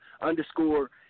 underscore